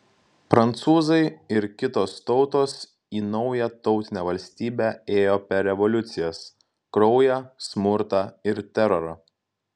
prancūzai ir kitos tautos į naują tautinę valstybę ėjo per revoliucijas kraują smurtą ir terorą